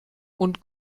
und